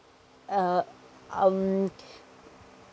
err um